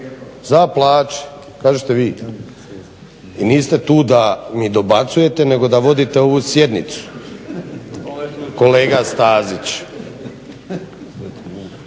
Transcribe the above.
čuje./… kažite vi, i niste tu da mi dobacujete, nego da vodite ovu sjednicu, kolega Stazić.